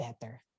better